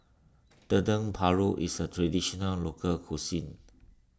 Dendeng Paru is a Traditional Local Cuisine